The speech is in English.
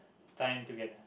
time together